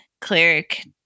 cleric